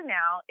now